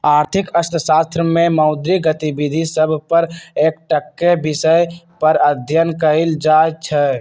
आर्थिक अर्थशास्त्र में मौद्रिक गतिविधि सभ पर एकटक्केँ विषय पर अध्ययन कएल जाइ छइ